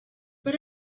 but